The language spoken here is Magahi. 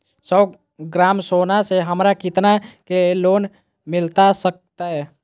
सौ ग्राम सोना से हमरा कितना के लोन मिलता सकतैय?